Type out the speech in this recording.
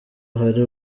ahari